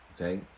okay